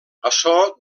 açò